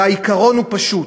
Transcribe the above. העיקרון הוא פשוט: